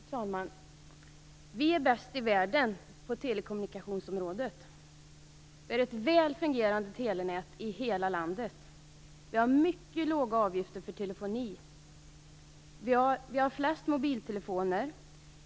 Herr talman! Vi är bäst i världen på telekommunikationsområdet. Vi har ett väl fungerande telenät i hela landet. Vi har mycket låga avgifter för telefoni. Vi har flest mobiltelefoner.